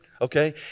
Okay